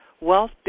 wealth